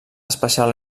especial